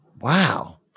Wow